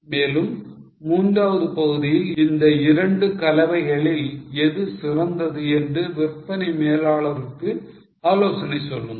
மேலும் மூன்றாவது பகுதியில் இந்த இரண்டு கலவைகளில் எது சிறந்தது என்று விற்பனை மேலாளருக்கு ஆலோசனை சொல்லுங்கள்